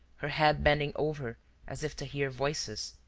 her head bending over as if to hear voices,